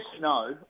no